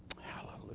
Hallelujah